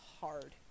hard